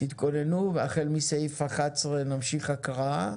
תתכוננו והחל מסעיף 11 נמשיך הקראה